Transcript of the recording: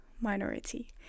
minority